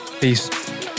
Peace